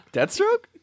Deathstroke